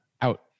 out